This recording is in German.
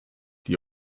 die